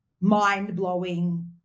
mind-blowing